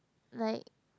like